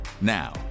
Now